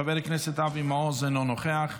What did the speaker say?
חבר הכנסת אבי מעוז, אינו נוכח,